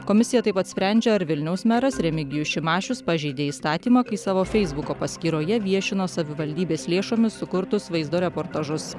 komisija taip pat sprendžia ar vilniaus meras remigijus šimašius pažeidė įstatymą kai savo feisbuko paskyroje viešino savivaldybės lėšomis sukurtus vaizdo reportažus